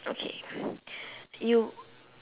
okay you